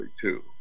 two